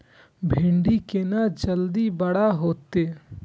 भिंडी केना जल्दी बड़ा होते?